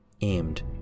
aimed